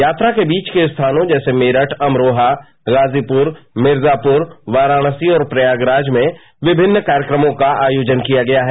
यात्रा के बीच के स्थानों जैसे मेरठ अमरोहा गाजीपुर मिर्जापुर वाराणसी और प्रयागराज में विभिन्न कार्यक्रमों का आयोजन किया गया है